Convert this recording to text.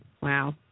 Wow